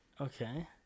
Okay